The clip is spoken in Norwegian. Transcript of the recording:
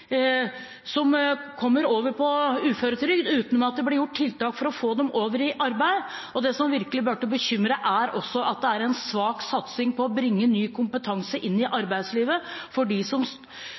som kommer over på uføretrygd uten at det blir gjort tiltak for å få dem over i arbeid. Og det som virkelig burde bekymre, er at det er en svak satsing på å bringe ny kompetanse inn i arbeidslivet. For de som